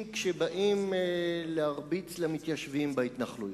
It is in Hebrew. כשבאים להרביץ למתיישבים בהתנחלויות.